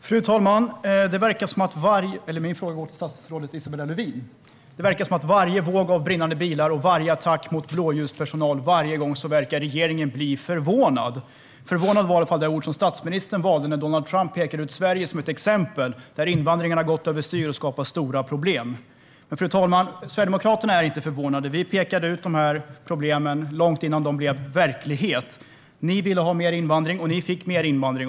Fru talman! Min fråga går till statsrådet Isabella Lövin. Regeringen verkar bli förvånad över varje våg av brinnande bilar och varje attack mot blåljuspersonal. Förvånad var i alla fall det ord som statsministern valde som kommentar till att Donald Trump pekade ut Sverige som ett exempel på ett land där invandringen har gått över styr och skapar stora problem. Men Sverigedemokraterna är inte förvånade. Vi pekade ut de problemen långt innan de blev verklighet. Ni ville ha mer invandring, Isabella Lövin. Ni fick mer invandring.